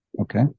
okay